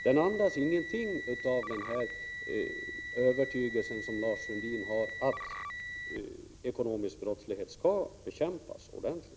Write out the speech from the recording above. Den andas ingenting av den övertygelse som Lars Sundin har om att ekonomisk brottslighet skall bekämpas ordentligt.